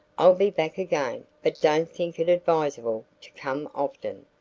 i'll be back again, but don't think it advisable to come often.